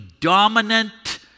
dominant